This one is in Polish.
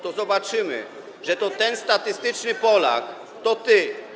to zobaczymy, że to ten statystyczny Polak, to ty.